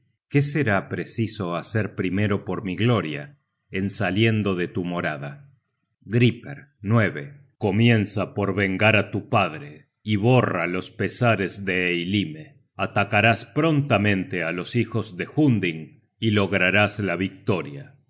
qué será preciso hacer primero por mi gloria en saliendo de tu morada griper comienza por vengar á tu padre y borra los pesares de eylime atacarás prontamente á los hijos de hunding y lograrás la victoria